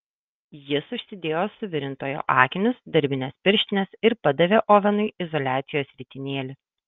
jis užsidėjo suvirintojo akinius darbines pirštines ir padavė ovenui izoliacijos ritinėlį